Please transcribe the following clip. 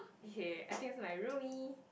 okay I think it's my roomie